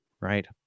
right